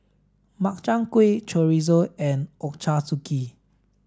Makchang Gui Chorizo and Ochazuke